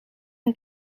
een